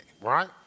right